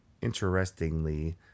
interestingly